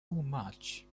much